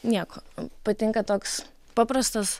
nieko patinka toks paprastas